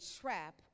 trap